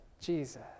Jesus